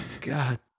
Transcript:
God